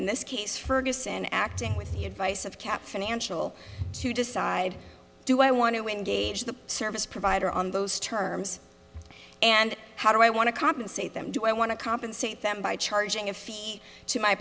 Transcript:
in this case ferguson acting with the advice of cap financial to decide do i want to wind gauge the service provider on those terms and how do i want to compensate them do i want to compensate them by charging a fee